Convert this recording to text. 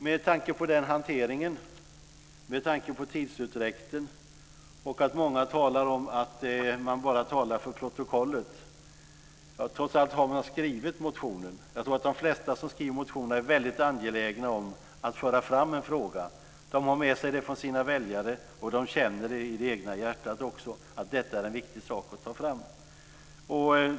Med tanke på hanteringen, på tidsutdräkten och på att många säger att det bara talas för protokollet har man trots allt skrivit motionen. Jag tror att de flesta som skriver motioner är väldigt angelägna om att föra fram en fråga. De kan ha med sig den från sina väljare, och de känner i det egna hjärtat att det är en viktig sak att lyfta fram.